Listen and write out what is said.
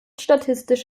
statistisch